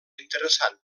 interessant